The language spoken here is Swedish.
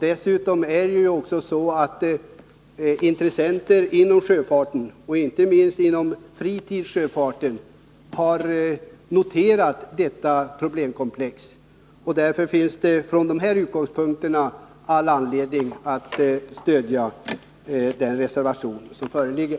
Dessutom har intressenter inom sjöfarten och inte minst inom fritidssjöfarten uppmärksammat detta problemkomplex. Därför finns det all anledning att stödja den reservation som föreligger.